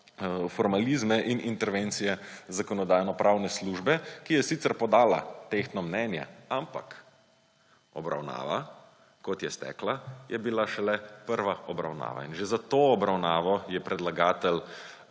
formalizme in intervencije Zakonodajno-pravne službe, ki je sicer podala tehtno mnenje, ampak obravnava, kot je stekla, je bila šele prva obravnava in že za to obravnavo je predlagatelj